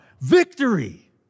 Victory